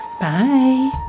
Bye